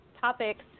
topics